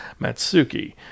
Matsuki